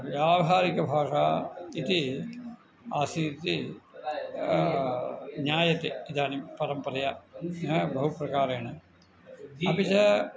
व्याहारिकभाषा इति आसीत् इति ज्ञायते इदानीं परम्परया बहुप्रकारेण अपि च